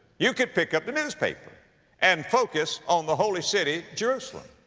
you could pick up the newspaper and focus on the holy city, jerusalem.